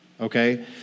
Okay